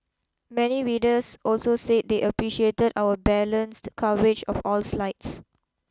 many readers also said they appreciated our balanced coverage of all slides